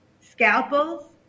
scalpels